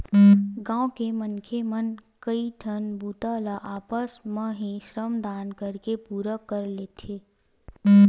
गाँव के मनखे मन ह कइठन बूता ल आपस म ही श्रम दान करके पूरा कर लेथे